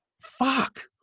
Fuck